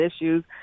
issues